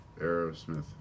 Aerosmith